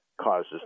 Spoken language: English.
causes